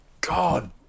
God